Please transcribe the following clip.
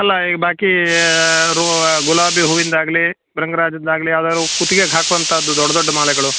ಅಲ್ಲ ಈ ಬಾಕೀ ರು ಗುಲಾಬಿ ಹೂವಿಂದು ಆಗಲೀ ಭೃಂಗ್ರಾಜದ್ದು ಆಗಲೀ ಯಾವ್ದಾದ್ರೂ ಕುತ್ಗೆಗೆ ಹಾಕುವಂಥದ್ದು ದೊಡ್ಡ ದೊಡ್ಡ ಮಾಲೆಗಳು